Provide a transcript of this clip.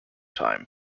time